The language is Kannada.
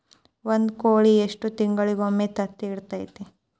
ಒಂದ್ ಕೋಳಿ ಎಷ್ಟ ತಿಂಗಳಿಗೊಮ್ಮೆ ತತ್ತಿ ಇಡತೈತಿ?